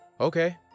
Okay